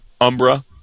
Umbra